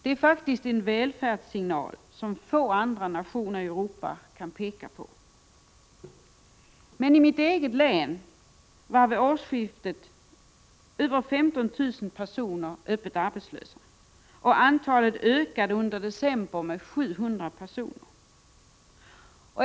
Det är en välfärdssignal, som få andra nationer i Europa kan peka på. Men i mitt eget län var vid årsskiftet över 15 000 personer öppet arbetslösa, och antalet ökade under december med 700.